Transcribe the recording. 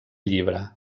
llibre